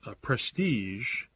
prestige